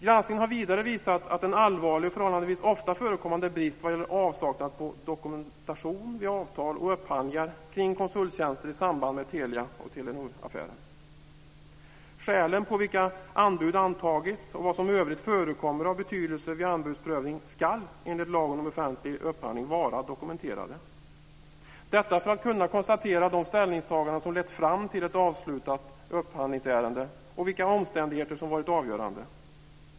Granskningen har vidare visat en allvarlig och förhållandevis ofta förekommande brist vad gäller avsaknad av dokumentation vid avtal och upphandlingar kring konsulttjänster i samband med Telia Telenor-affären. Skälen på vilka anbud antagits och vad som i övrigt förekommer av betydelse vid anbudsprövning ska enligt lagen om offentlig upphandling vara dokumenterade - detta för att kunna konstatera de ställningstaganden som lett fram till ett avslutat upphandlingsärende och vilka omständigheter som varit avgörande.